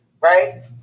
right